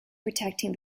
protecting